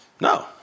No